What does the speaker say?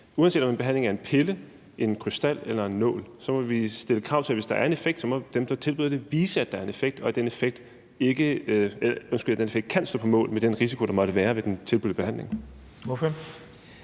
Uanset om der behandles med en pille, en krystal eller en nål, må vi stille krav til, at dem, der tilbyder det, må vise, at der er en effekt, og at den effekt kan stå på mål med den risiko, der måtte være ved den tilbudte behandling. Kl.